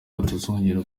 batazongera